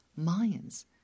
Mayans